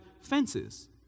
fences